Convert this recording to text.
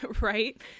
right